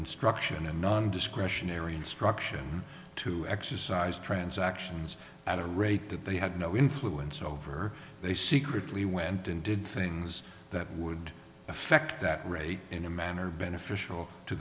instruction and nondiscretionary instruction to exercise transactions at a rate that they had no influence over they secretly went and did things that would affect that rate in a manner beneficial to